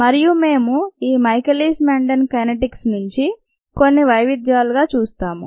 మరియు మేము ఈ మైఖెలీస్ మెండెన్ కైనెటిక్స్ నుండి కొన్ని వైవిధ్యాలు గా చూస్తాము